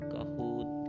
Kahoot